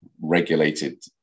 regulated